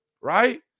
right